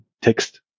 text